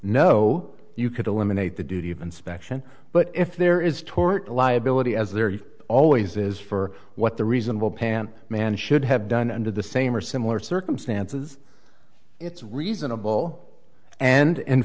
to no you could eliminate the duty of inspection but if there is tort liability as there always is for what the reasonable pam man should have done under the same or similar circumstances it's reasonable and in